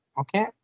okay